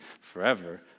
forever